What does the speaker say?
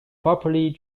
properly